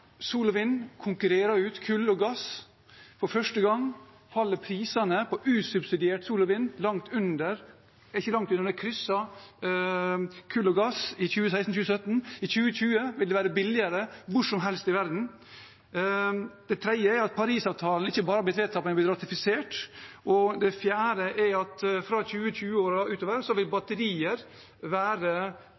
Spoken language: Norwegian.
vind konkurrerte ut kull og gass. For første gang falt prisene på usubsidiert sol og vind langt under – ikke langt under, men de krysset kull og gass i 2016–2017. I 2020 vil det være billigere hvor som helst i verden. Det tredje er at Parisavtalen ikke bare har blitt vedtatt, men har blitt ratifisert. Og det fjerde er at fra 2020-årene og utover vil batterier være